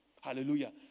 Hallelujah